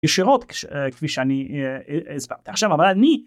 ישירות כפי שאני הסברתי עכשיו אבל אני